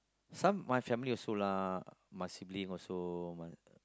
some my family also lah my sibling also my